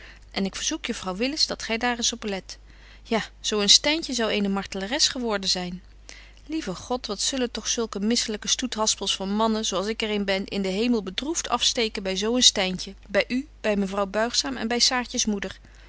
en ik verzoek juffrouw willis dat gy daar eens op let ja zo een styntje zou eene martelares geworden zyn lieve god wat zullen toch zulke misselyke stoethaspels van mannen zo als ik er een ben in den hemel bedroeft afsteken by zo een styntje by u by mevrouw buigzaam en by saartjes moeder